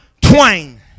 twain